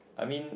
I mean